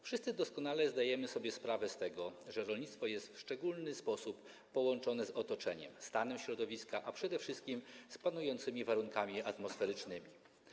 Wszyscy doskonale zdajemy sobie sprawę z tego, że rolnictwo jest w szczególny sposób połączone z otoczeniem, stanem środowiska, a przede wszystkim z panującymi warunkami atmosferycznymi.